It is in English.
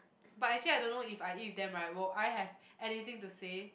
but actually I don't know if I eat with them right will I have anything to say